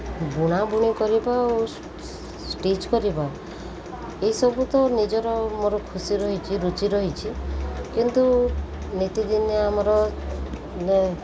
ବୁଣାବୁଣି କରିବା ଆଉ ଷ୍ଟିଚ୍ କରିବା ଏସବୁ ତ ନିଜର ମୋର ଖୁସି ରହିଛି ରୁଚି ରହିଛି କିନ୍ତୁ ନିତିଦିନିଆ ଆମର ମାନେ